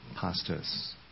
pastors